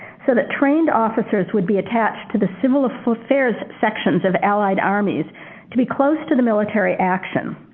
so that trained officers would be attached to the similar affairs sections of allied armies to be close to the military action.